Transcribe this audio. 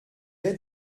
est